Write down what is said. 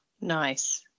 nice